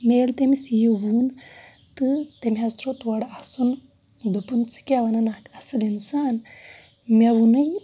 مےٚ ییٚلہِ تٔمِس یہِ ووٚن تہٕ تٔمۍ حظ ترٛوو تورٕ اَسُن دوٚپُن ژٕ کیٛاہ وَنان اَکھ اَصٕل اِنسان مےٚ ووٚنُے